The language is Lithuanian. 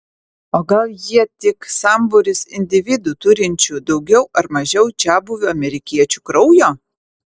o gal jie tik sambūris individų turinčių daugiau ar mažiau čiabuvių amerikiečių kraujo